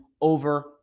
over